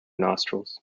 nostrils